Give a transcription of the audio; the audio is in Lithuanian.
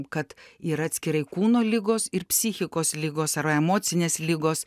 kad yra atskirai kūno ligos ir psichikos ligos ar emocinės ligos